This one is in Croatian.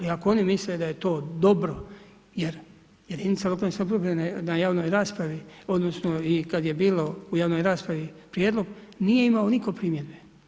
I ako oni misle da je to dobro jer jedinice lokalne samouprave na javnom raspravi odnosno i kad je bilo u javnoj raspravi prijedlog, nije imao nitko primjedbe.